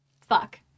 Fuck